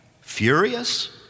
furious